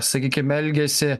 sakykim elgiasi